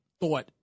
thought